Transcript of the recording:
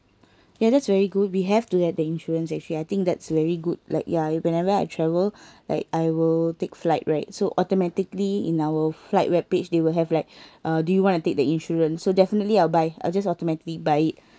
ya that's very good we have to add the insurance actually I think that's very good like yeah whenever I travel like I will take flight right so automatically in our flight webpage they will have like uh do you want to take the insurance so definitely I'll buy I'll just automatically buy it